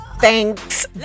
Thanks